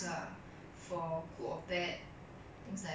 like you see the the protest in hong-kong